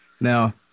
Now